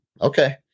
Okay